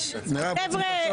חבר'ה,